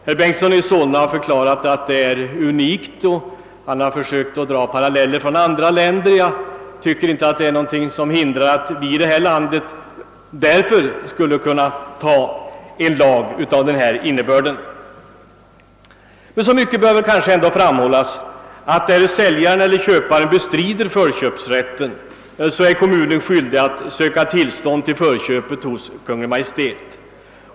Herr Bengtson i Solna har förklarat att förslaget är unikt och har försökt att dra paralleller med andra länder; jag tycker inte att förhållandena i andra länder är någonting som hindrar att vi i detta land antar en lag av denna innebörd. Men så mycket bör väl kanske framhållas som att därest säljaren eller köparen bestrider förköpsrätten så är kommunen skyldig att söka tillstånd till förköpet hos Kungl. Maj:t.